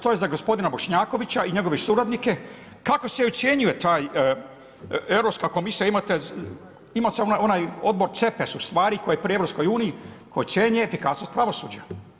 To je za gospodina Bošnjakovića i njegove suradnike, kako se ocjenjuje, taj, Europska komisija imate onaj odbor CEPES, u stvari, koji je pri EU, koji ocjenjuje efikasnost pravosuđa.